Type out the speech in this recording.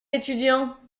étudiants